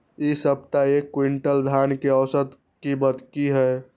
इ सप्ताह एक क्विंटल धान के औसत कीमत की हय?